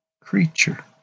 creature